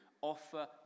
Offer